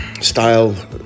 style